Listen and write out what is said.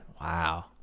Wow